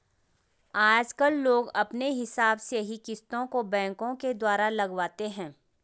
आजकल लोग अपने हिसाब से ही किस्तों को बैंकों के द्वारा लगवाते हैं